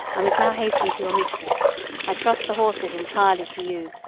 i must now hasten to your mistress i trust the horses entirely to you,